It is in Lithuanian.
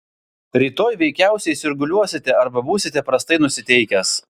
rytoj veikiausiai sirguliuosite arba būsite prastai nusiteikęs